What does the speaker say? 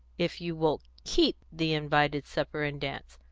if you will keep the invited supper and dance.